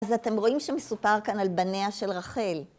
אז אתם רואים שמסופר כאן על בניה של רחל.